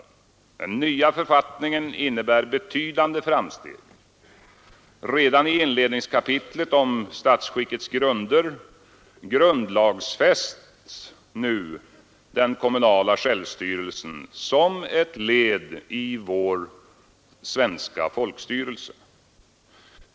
Den nya författningen innebär betydande framsteg. Redan i inledningskapitlet om ”Statsskickets grunder” grundlagfästs nu den kommunala självstyrelsen som ett led i vår svenska folkstyrelse.